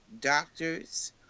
doctors